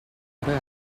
other